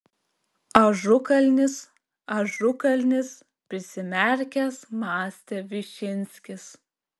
ažukalnis ažukalnis prisimerkęs mąstė višinskis